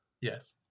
Yes